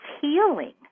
healing